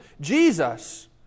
Jesus